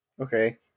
Okay